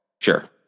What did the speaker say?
Sure